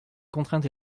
contrainte